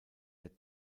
der